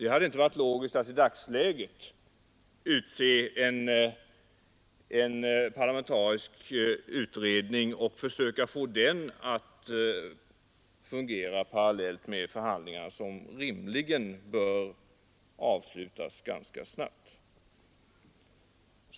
Det hade inte varit logiskt att i dagsläget utse en parlamentarisk utredning och försöka få den att fungera parallellt med förhandlingarna, som rimligen bör avslutas ganska snabbt.